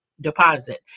Deposit